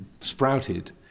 sprouted